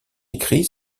écrit